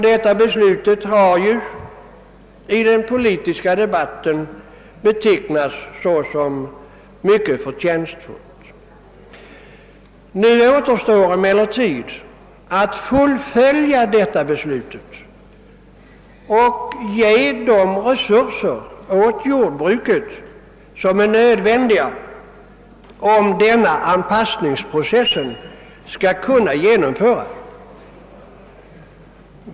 Detta beslut har ju i den politiska de Jatten betecknats som mycket för :jänstfullt. Nu återstår emellertid att iullfölja detta beslut och ge jordbruket de resurser, som är nödvändiga om denna anpassningsprocess skall kunna genomföras.